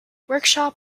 workshop